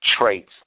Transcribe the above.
traits